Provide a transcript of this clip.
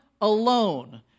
alone